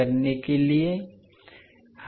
हम क्या करेंगे